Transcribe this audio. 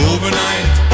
Overnight